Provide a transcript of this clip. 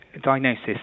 diagnosis